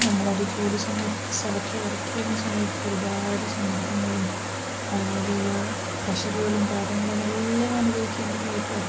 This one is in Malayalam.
നമ്മളൊരു ജോലി സമയം സ്ഥലത്ത് വർക്ക് ചെയ്യുന്ന സമയത്ത് ഒരുപാട് സമ്മർദ്ദങ്ങളും അതുപോലെയുള്ള പ്രഷറുകളും കാര്യങ്ങളുമെല്ലാം അനുഭവിക്കേണ്ടതായിട്ടു വരും